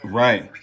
right